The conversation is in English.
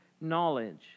knowledge